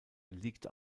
liegt